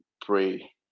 pray